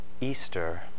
Easter